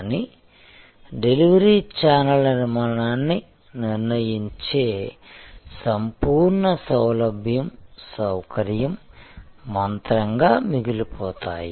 కానీ delivery channel నిర్మాణాన్ని నిర్ణయించే సంపూర్ణ సౌలభ్యంసౌకర్యం మంత్రంగా మిగిలిపోతాయి